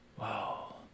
Wow